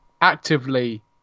actively